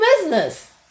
business